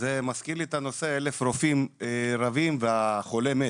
זה מזכיר לי את הנושא, אלף רופאים רבים והחולה מת,